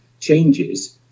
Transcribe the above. changes